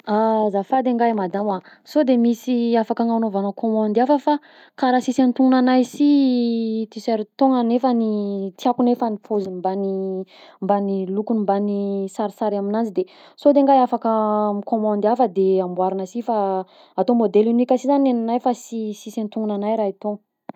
Azafady e ngah madamo a, sode misy afaka agnanaovana kômandy hafa fa karaha sisy antognona anah si tiserta togna nefany tiàko nefa paoziny mban'ny mban'ny lokony mban'ny saisary amignanjy, sao de ngah afaka mikômandy hafa de amboarina si fa atao modely unique si zagny gnenahy fa sy sisy antognona anahy raha itogno.